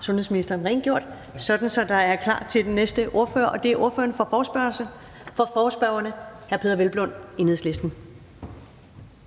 sundhedsministeren rengjort, sådan at der er gjort klar til den næste ordfører, og det er ordføreren for forespørgerne, hr. Peder Hvelplund, Enhedslisten.